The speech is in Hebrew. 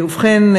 ובכן,